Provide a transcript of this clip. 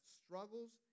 struggles